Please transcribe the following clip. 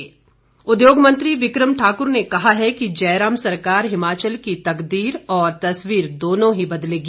बिक्रम ठाकुर उद्योग मंत्री बिक्रम ठाकुर ने कहा है कि जयराम सरकार हिमाचल की तकदीर और तस्वीर दोनों को बदलेगी